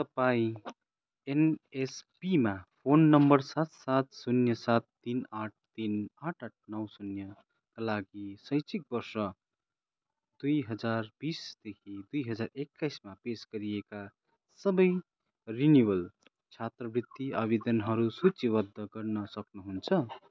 के तपाईँ एनएसपीमा फोन नम्बर सात सात शून्य सात तिन आठ तिन आठ आठ नौ शून्यका लागि शैक्षिक वर्ष दुई हजार बिसदेखि दुई हजार एक्काइसमा पेस गरिएका सबै रिनिवल छात्रवृत्ति आवेदनहरू सूचिबद्ध गर्न सक्नुहुन्छ